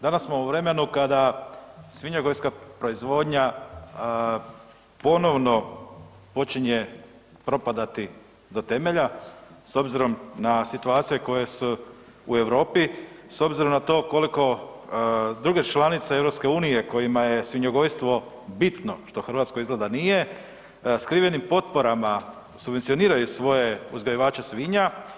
Danas smo u vremenu kada svinjogojska proizvodnja ponovno počinje propadati do temelja s obzirom na situacije koje su u Europi, s obzirom na to koliko druge članice EU kojima je svinjogojstvo bitno što Hrvatskoj izgleda nije skrivenim potporama subvencioniraju svoje uzgajivače svinja.